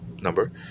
number